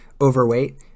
overweight